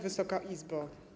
Wysoka Izbo!